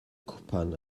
cwpan